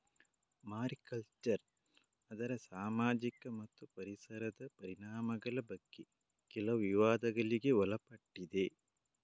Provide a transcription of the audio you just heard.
mariculture ಅದರ ಸಾಮಾಜಿಕ ಮತ್ತು ಪರಿಸರದ ಪರಿಣಾಮಗಳ ಬಗ್ಗೆ ಕೆಲವು ವಿವಾದಗಳಿಗೆ ಒಳಪಟ್ಟಿದೆ